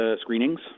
screenings